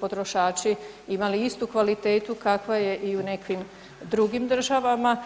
potrošači imali istu kvalitetu kakva je i u nekim drugim državama?